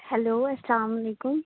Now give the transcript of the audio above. hello السّلام علیکم